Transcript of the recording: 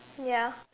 ya